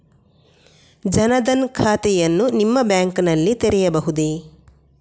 ಜನ ದನ್ ಖಾತೆಯನ್ನು ನಿಮ್ಮ ಬ್ಯಾಂಕ್ ನಲ್ಲಿ ತೆರೆಯಬಹುದೇ?